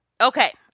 Okay